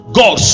god